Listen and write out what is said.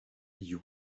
you